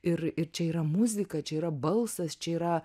ir ir čia yra muzika čia yra balsas čia yra